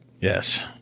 Yes